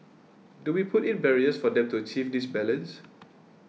do we put in barriers for them to achieve this balance